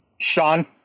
Sean